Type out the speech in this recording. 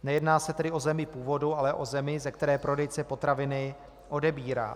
Nejedná se tedy o zemi původu, ale o zemi, ze které prodejce potraviny odebírá.